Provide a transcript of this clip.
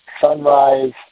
Sunrise